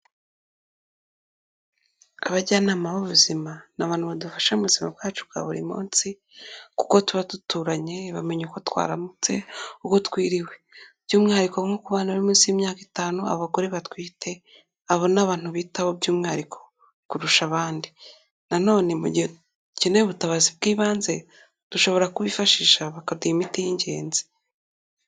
Abajyanama b'ubuzima ni abantu badufasha mu buzima bwacu bwa buri munsi kuko tuba duturanye, bamenye uko twaramutse uko twiriwe by'umwihariko nko ku bana bari munsi y'imyaka itanu, abagore batwite, abo ni abantu bitaho by'umwihariko kurusha abandi. Nanone mu gihe dukeneye ubutabazi bw'ibanze dushobora kubifashisha bakaduha imiti y'ingenzi.